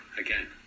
again